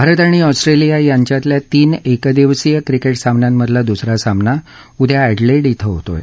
भारत आणि ऑस्ट्रेलिया यांच्यातल्या तीन एकदिवसीय क्रिकेट सामन्यांमधला दुसरा सामना उद्या अँडलेड इं होत आहे